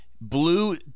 blue